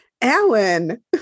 alan